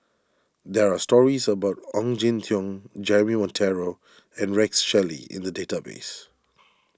there are stories about Ong Jin Teong Jeremy Monteiro and Rex Shelley in the database